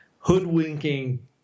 hoodwinking